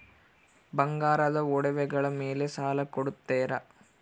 ಬಂಗಾರದ ಒಡವೆಗಳ ಮೇಲೆ ಸಾಲ ಕೊಡುತ್ತೇರಾ?